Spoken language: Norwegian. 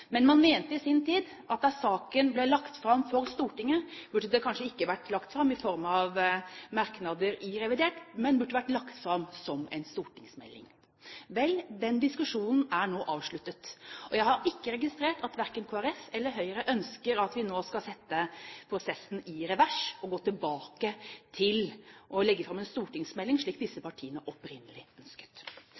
Man mente i sin tid at da saken ble lagt fram for Stortinget, burde den kanskje ikke vært lagt fram i form av merknader i revidert, men den burde vært lagt fram som en stortingsmelding. Vel, den diskusjonen er nå avsluttet. Og jeg har ikke registrert at verken Kristelig Folkeparti eller Høyre ønsker at vi nå skal sette prosessen i revers og gå tilbake til å legge fram en stortingsmelding, slik disse partiene opprinnelig ønsket.